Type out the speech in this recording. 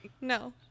No